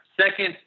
Second